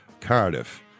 Cardiff